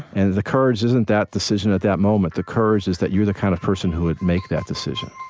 and the courage isn't that decision at that moment the courage is that you're the kind of person who would make that decision